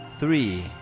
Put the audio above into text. Three